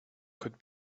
could